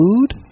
food